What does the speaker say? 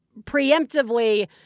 preemptively—